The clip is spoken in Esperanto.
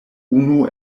unu